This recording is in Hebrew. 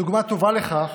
דוגמה טובה לכך